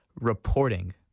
Reporting